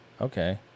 Okay